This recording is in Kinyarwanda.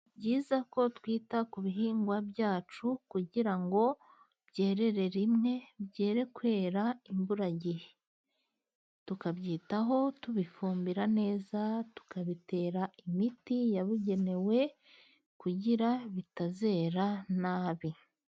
Ni byiza ko twita ku bihingwa byacu kugira ngo byerere rimwe, byere kwera imbura gihe, tukabyitaho tubifumbira neza, tukabitera imiti yabugenewe kugira bitazera nabi.